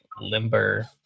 limber